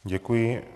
Děkuji.